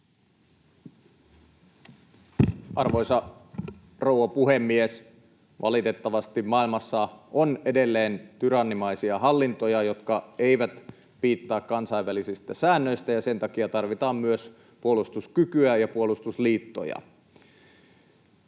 Arvoisa rouva puhemies! Valitettavasti maailmassa on edelleen tyrannimaisia hallintoja, jotka eivät piittaa kansainvälisistä säännöistä, ja sen takia tarvitaan myös puolustuskykyä ja puolustusliittoja.